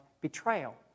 betrayal